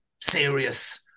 serious